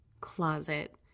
closet